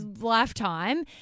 lifetime